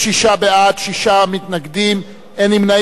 26 בעד, שישה מתנגדים, אין נמנעים.